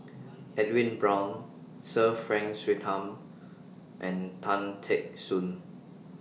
Edwin Brown Sir Frank Swettenham and Tan Teck Soon